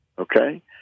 Okay